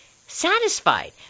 satisfied